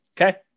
Okay